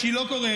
כשהיא לא קורית,